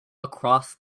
across